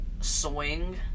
swing